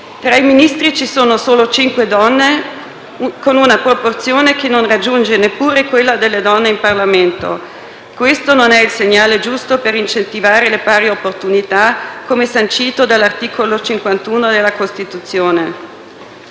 Tra i Ministri ci sono solo cinque donne, con una proporzione che non raggiunge neppure quella delle donne in Parlamento: questo non è il segnale giusto per incentivare le pari opportunità, come sancito dall'articolo 51 della Costituzione.